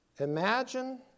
Imagine